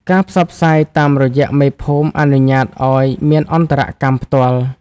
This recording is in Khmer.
ការផ្សព្វផ្សាយតាមរយៈមេភូមិអនុញ្ញាតឱ្យមានអន្តរកម្មផ្ទាល់។